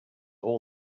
all